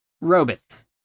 Robots